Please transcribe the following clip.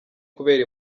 kubera